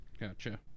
Gotcha